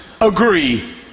agree